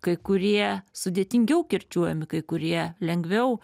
kai kurie sudėtingiau kirčiuojami kai kurie lengviau